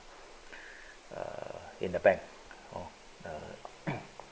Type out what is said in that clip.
uh in the bank uh